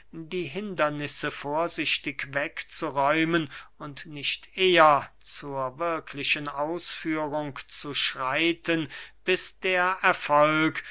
die hindernisse vorsichtig wegzuräumen und nicht eher zur wirklichen ausführung zu schreiten bis der erfolg